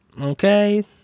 okay